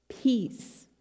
peace